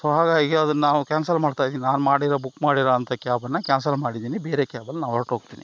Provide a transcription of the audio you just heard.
so ಹಾಗಾಗಿ ಅದನ್ನು ನಾವು ಕ್ಯಾನ್ಸಲ್ ಮಾಡ್ತಾ ಇದೀನಿ ನಾನು ಮಾಡಿರೋ ಬುಕ್ ಮಾಡಿರೋಂಥ ಕ್ಯಾಬನ್ನು ಕ್ಯಾನ್ಸಲ್ ಮಾಡಿದ್ದೀನಿ ಬೇರೆ ಕ್ಯಾಬಲ್ಲಿ ನಾನು ಹೊರಟೋಗ್ತೀನಿ